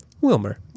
Wilmer